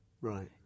right